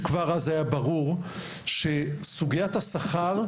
כבר אז היה ברור שסוגיית השכר,